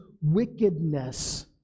wickedness